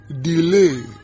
delay